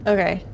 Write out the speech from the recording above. Okay